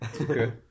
Okay